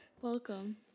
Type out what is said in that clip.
Welcome